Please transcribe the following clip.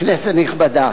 כנסת נכבדה,